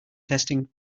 testing